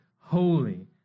holy